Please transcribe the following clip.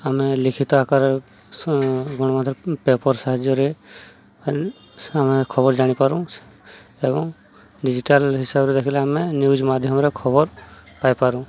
ଆମେ ଲିଖିତ ଆକାର ଗଣମାଧ୍ୟମରେ ପେପର୍ ସାହାଯ୍ୟରେ ଆମେ ଖବର ଜାଣିପାରୁ ଏବଂ ଡ଼ିଜିଟାଲ୍ ହିସାବରେ ଦେଖିଲେ ଆମେ ନ୍ୟୁଜ୍ ମାଧ୍ୟମରେ ଖବର ପାଇପାରୁ